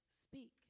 Speak